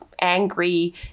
angry